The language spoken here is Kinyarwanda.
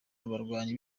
abarwanyi